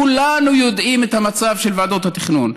כולנו יודעים מה המצב של ועדות התכנון,